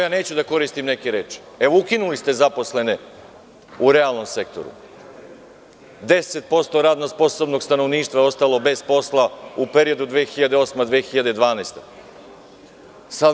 Neću da koristim neke reči, ukinuli ste zaposleni u realnom sektoru, 10% radno sposobnog stanovništva je ostalo bez posla u periodu od 2008.-2012. godine.